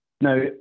Now